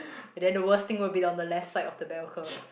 and then the worst thing would be on the left side of the bell curve